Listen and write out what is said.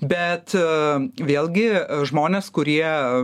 bet vėlgi žmonės kurie